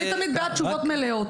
אני תמיד בעד תשובות מלאות.